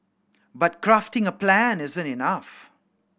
but crafting a plan isn't enough